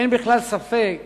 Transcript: אין בכלל ספק